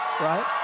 Right